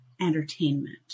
entertainment